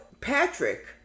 Patrick